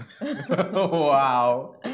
Wow